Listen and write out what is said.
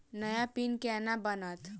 नया पिन केना बनत?